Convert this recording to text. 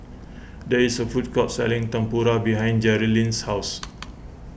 there is a food court selling Tempura behind Jerilynn's house